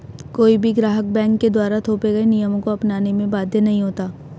कोई भी ग्राहक बैंक के द्वारा थोपे गये नियमों को अपनाने में बाध्य नहीं होता